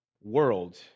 world